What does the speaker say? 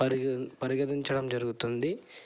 పరిగ పరిగణించడం జరుగుతుంది